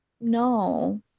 no